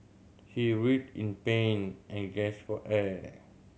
he writhed in pain and gasped for air